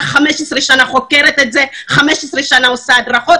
15 שנים חוקרת את זה ו-15 שנים עושה הדרכות.